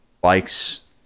bikes